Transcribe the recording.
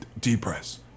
Depress